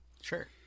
Sure